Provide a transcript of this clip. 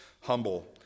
humble